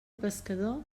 pescador